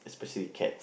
especially cats